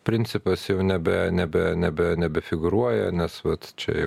principas jau nebe nebe nebe nebefigūruoja nes vat čia